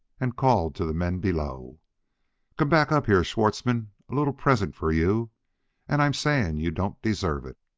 and called to the men below come back up here, schwartzmann! a little present for you and i'm saying you don't deserve it.